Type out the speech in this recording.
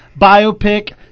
biopic